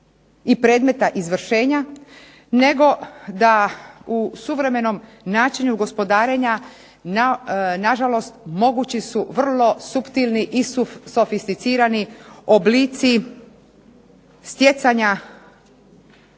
i predmeta izvršenja, nego da u suvremenom načinu gospodarenja na žalost mogući su vrlo suptilni i sofisticirani oblici stjecanja